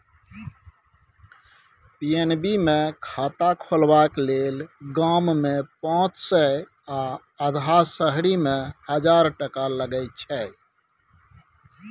PNB मे खाता खोलबाक लेल गाममे पाँच सय आ अधहा शहरीमे हजार टका लगै छै